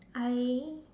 I